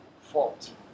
fault